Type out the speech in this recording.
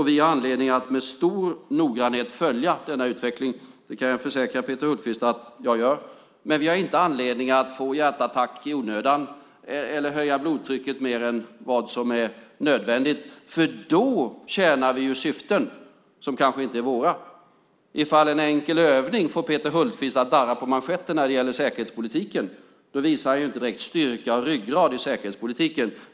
Vi har anledning att med stor noggrannhet följa denna utveckling, och det kan jag försäkra Peter Hultqvist att jag gör. Men vi har inte anledning att få hjärtattack i onödan eller att höja blodtrycket mer än som är nödvändigt, för då tjänar vi syften som kanske inte är våra. Ifall en enkel övning får Peter Hultqvist att darra på manschetten när det gäller säkerhetspolitiken visar han inte direkt styrka och ryggrad i säkerhetspolitiken.